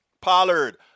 Pollard